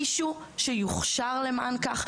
מישהו שיוכשר למען כך,